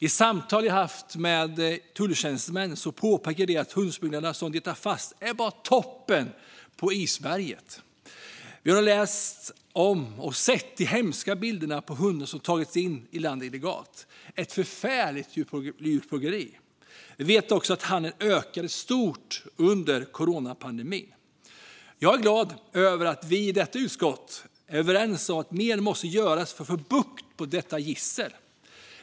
I samtal som jag har haft med tulltjänstemän påpekar de att de hundsmugglare som de tar fast bara är toppen på isberget. Vi har läst om och sett de hemska bilderna på hundar som tagits in i landet illegalt. Det är ett förfärligt djurplågeri. Vi vet också att handeln ökade stort under coronapandemin. Jag är glad över att vi i detta utskott är överens om att mer måste göras för att få bukt med detta gissel.